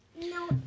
No